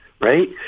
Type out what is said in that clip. right